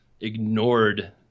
ignored